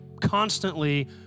constantly